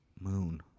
Moon